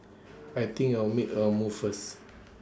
I think I'll make A move first